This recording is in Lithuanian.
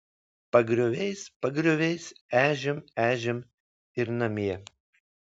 pagrioviais pagrioviais ežiom ežiom ir namie